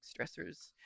stressors